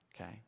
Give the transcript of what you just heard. Okay